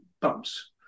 bumps